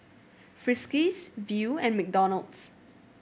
Friskies Viu and McDonald's